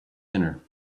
dinner